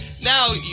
now